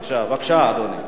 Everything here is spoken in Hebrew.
בבקשה, אדוני.